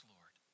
Lord